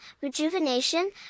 rejuvenation